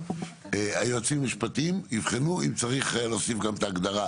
היועצים המשפטיים יבחנו אם צריך להוסיף גם את ההגדרה,